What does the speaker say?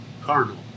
carnal